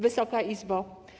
Wysoka Izbo!